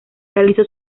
realizó